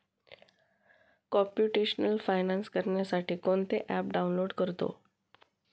computational finance करण्यासाठी कोणते app download करतो